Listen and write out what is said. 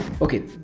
Okay